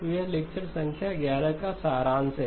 तो यह लेक्चर संख्या 11 का सारांश है